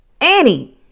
Annie